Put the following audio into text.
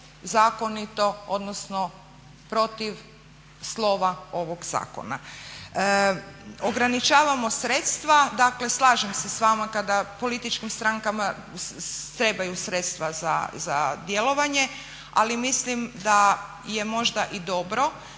protuzakonito odnosno protiv slova ovog zakona. Ograničavamo sredstva, dakle slažem se s vama kada političkim strankama trebaju sredstva za djelovanje, ali mislim da je možda i dobro